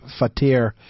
Fatir